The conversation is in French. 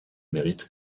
mérites